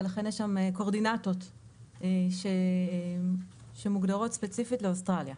לכן יש שם קואורדינטות שמוגדרות ספציפית לאוסטרליה.